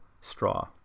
straw